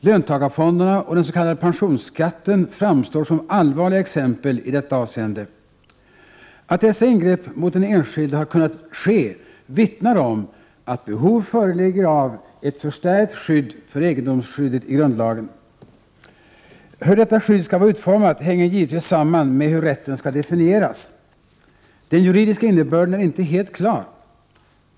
Löntagarfonderna och den s.k. pensionsskatten framstår som allvarliga exempeli detta avseende. Att dessa ingrepp mot den enskilde har kunnat ske vittnar om att behov föreligger av ett förstärkt skydd för egendom i grundlagen. Hur detta skydd skall vara utformat hänger givetvis samman med hur rätten skall definieras. Den juridiska innebörden är inte helt klar.